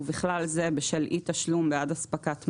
ובכלל זה בשל אי תשלום בעד אספקת מים,